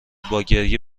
باگریه